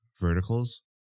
verticals